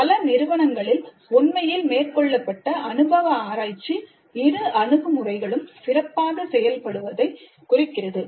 பல நிறுவனங்களில் உண்மையில் மேற்கொள்ளப்பட்ட அனுபவ ஆராய்ச்சி இரு அணுகுமுறைகளும் சிறப்பாக செயல்படுவதைக் குறிக்கிறது